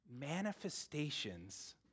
manifestations